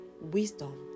wisdom